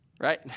right